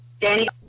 Danny